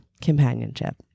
companionship